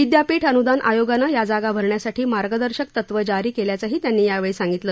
विद्यापीठ अनुदान आयोगाने या जागा भरण्यासाठी मार्गदर्शक तत्व जारी केल्याचंही त्यांनी यावेळी सांगीतलं